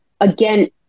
again